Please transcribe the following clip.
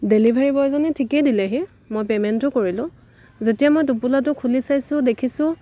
delivery বয়জনে ঠিকে দিলেহি মই পে'মেণ্টো কৰিলোঁ যেতিয়া মই টোপোলাটো খুলি চাইছোঁ দেখিছোঁ